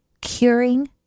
curing